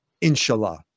inshallah